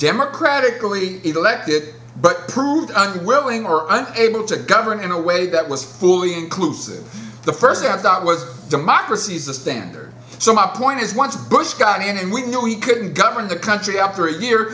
democratically elected but proved welling or i'm able to govern in a way that was fully inclusive the first half that was democracy is the standard so my point is once bush got in and we knew he couldn't govern the country after a year